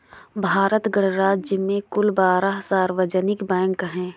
भारत गणराज्य में कुल बारह सार्वजनिक बैंक हैं